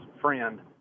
friend